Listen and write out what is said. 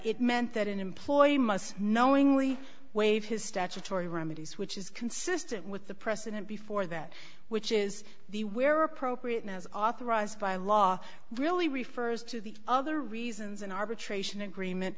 it meant that an employee must knowingly waive his statutory remedies which is consistent with the precedent before that which is the where appropriate as authorized by law really refers to the other reasons an arbitration agreement